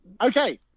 Okay